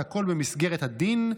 והכול במסגרת הדין,